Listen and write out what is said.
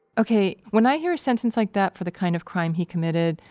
ok. when i hear a sentence like that for the kind of crime he committed,